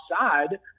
outside